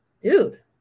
dude